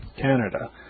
Canada